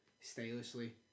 stylishly